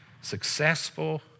successful